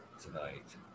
tonight